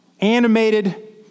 animated